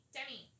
Demi